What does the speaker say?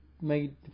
made